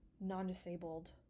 non-disabled